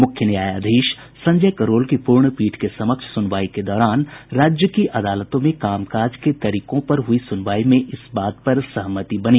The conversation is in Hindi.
मुख्य न्यायाधीश संजय करोल की पूर्ण पीठ के समक्ष सुनवाई के दौरान राज्य की अदालतों में कामकाज के तरीकों पर हुई सुनवाई में इस बात पर सहमति बनी